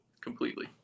Completely